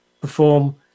perform